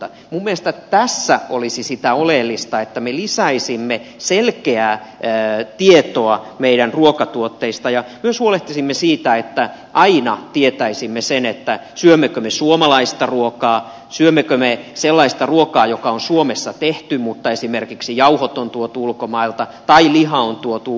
minun mielestäni tämä olisi oleellista että me lisäisimme selkeää tietoa meidän ruokatuotteistamme ja myös huolehtisimme siitä että aina tietäisimme sen että syömmekö me suomalaista ruokaa syömmekö me sellaista ruokaa joka on suomessa tehty mutta esimerkiksi jauhot tai liha on tuotu ulkomailta